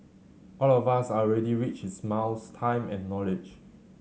all of us are already rich in smiles time and knowledge